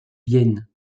vienne